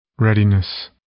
Readiness